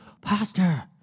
pastor